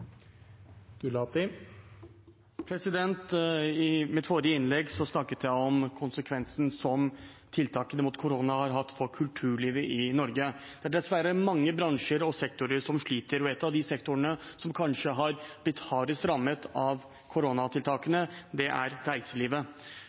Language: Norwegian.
I mitt forrige innlegg snakket jeg om konsekvensene som tiltakene mot korona har hatt for kulturlivet i Norge. Det er dessverre mange bransjer og sektorer som sliter, og en av de sektorene som kanskje er blitt hardest rammet av